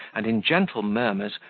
and, in gentle murmurs,